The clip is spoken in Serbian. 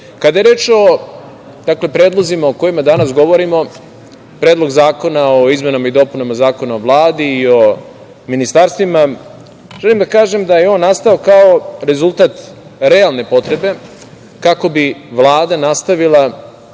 itd. Kada je reč o predlozima o kojima danas govorimo, Predlog zakona o izmenama i dopunama Zakona o Vladi i o ministarstvima, želim da kažem da je on nastao kao rezultat realne potrebe kako bi Vlada nastavila